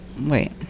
wait